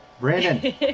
Brandon